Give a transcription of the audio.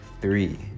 three